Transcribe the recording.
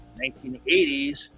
1980s